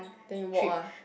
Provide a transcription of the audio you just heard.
then you walk ah